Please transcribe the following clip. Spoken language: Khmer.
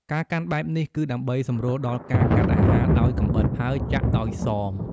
ការកាន់បែបនេះគឺដើម្បីសម្រួលដល់ការកាត់អាហារដោយកាំបិត ហើយចាក់ដោយសម។